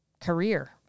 career